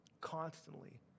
constantly